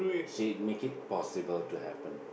she make it possible to happen